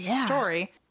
story